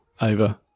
over